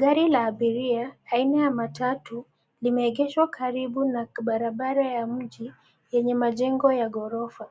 Gari la abiria, aina ya matatu, limeegeshwa karibu na barabara ya mji, yenye majengo ya ghorofa,